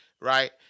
right